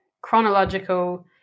chronological